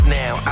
now